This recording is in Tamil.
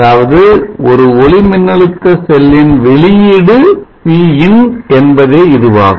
அதாவது ஒரு ஒளிமின்னழுத்த செல்லின் வெளியீடு Pin என்பதே இதுவாகும்